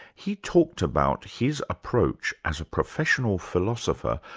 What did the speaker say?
he talked about his approach as a professional philosopher,